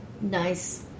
Nice